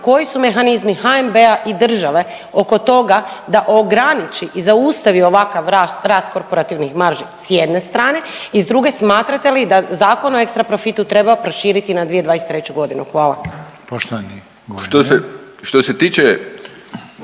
koji su mehanizmi HNB-a i države oko toga da ograniči i zaustavi ovakav rast korporativnih marži s jedne strane i s druge smatrate li da Zakon o ekstra profitu treba proširiti na 2023. godinu. Hvala.